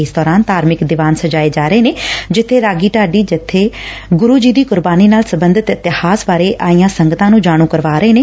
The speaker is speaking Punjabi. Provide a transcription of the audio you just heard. ਇਸ ਦੋਰਾਨ ਧਾਰਮਿਕ ਦੀਵਾਨ ਸਜਾਏ ਜਾ ਰਹੇ ਨੇ ਜਿੱਬੇ ਰਾਗੀ ਢਾਡੀ ਜੱਬੇ ਗੁਰੂ ਜੀ ਦੀ ਕੁਰਬਾਨੀ ਨਾਲ ਸਬੰਧਤ ਇਤਿਹਾਸ ਬਾਰੇ ਆਈਆਂ ਸੰਗਤਾਂ ਨੂੰ ਜਾਣ ਕਰਵਾ ਰਹੇ ਨੇ